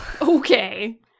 Okay